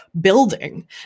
building